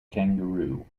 kangaroo